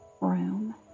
room